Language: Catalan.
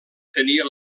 tenia